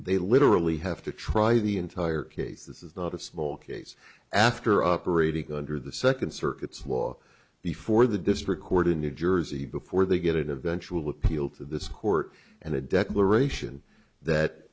they literally have to try the entire case this is not a small case after operating under the second circuit's law before the district court in new jersey before they get it eventually appealed to this court and a declaration that